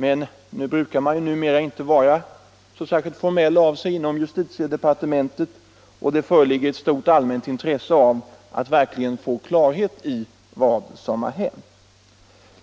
Men numera brukar man ju inte vara särskilt formell av sig inom justitiedepartementet, och det föreligger ett stort allmänt intresse av att få klarhet i vad som verkligen har hänt.